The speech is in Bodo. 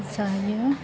जायो